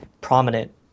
prominent